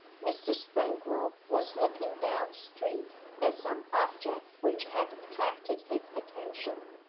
mr. springrove was looking down the street at some object which had attracted his attention.